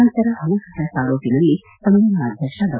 ನಂತರ ಅಲಂಕ್ಷತ ಸಾರೋಟಿನಲ್ಲಿ ಸಮ್ಮೇಳನಾಧ್ಯಕ್ಷ ಡಾ